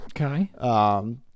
Okay